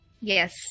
Yes